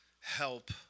help